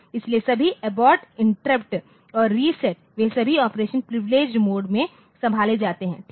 इसलिए सभी abort interrupt और रीसेट वे सभी ऑपरेशन प्रिविलेडगेड मोड में संभाले जाते हैं ठीक है